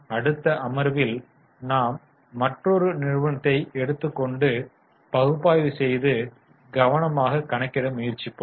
அடுத்த அமர்வில் நாம் மற்றொரு நிறுவனத்தை எடுத்துக் கொண்டு பகுப்பாய்வு செய்து கவனமாக கணக்கிட முயற்சிப்போம்